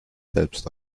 selbst